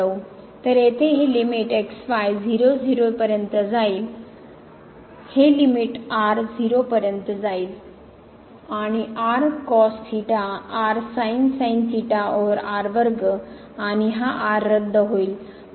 तर येथे हे लिमिट x y 0 0 पर्यंत जाईल ही मर्यादा r 0 पर्यंत जाईल आणि r cos theta over r वर्ग आणि हा r रद्द होईल